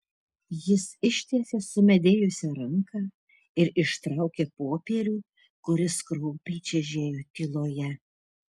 jis ištiesė sumedėjusią ranką ir ištraukė popierių kuris kraupiai čežėjo tyloje